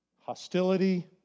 Hostility